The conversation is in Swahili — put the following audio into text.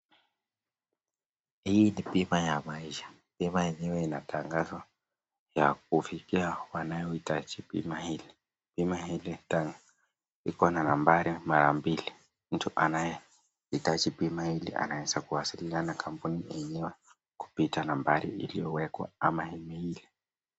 Hii ni bima ya maisha bima yenyewe inatangazwa ya kufikia wanaohitaji bima hili. Bima hili iko na nambari mara mbili, mtu anayehitaji bima hili anaweza kuwasiliana na kampuni yenyewe kupitia nambari iliyowekwa ama email .